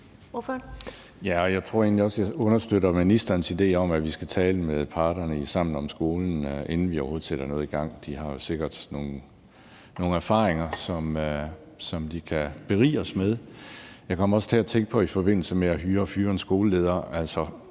jeg understøtter ministerens idé om, at vi skal tale med parterne bag »Sammen om skolen«, inden vi overhovedet sætter noget i gang. De har jo sikkert nogle erfaringer, som de kan berige os med. Jeg kom i forbindelse med det at hyre og fyre en skoleleder